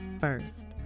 First